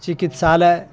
चिकित्सालय